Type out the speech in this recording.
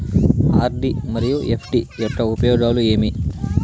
RD మరియు FD యొక్క ఉపయోగాలు ఏమి?